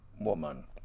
woman